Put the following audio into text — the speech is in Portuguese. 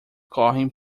correm